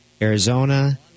Arizona